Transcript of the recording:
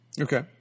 Okay